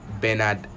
bernard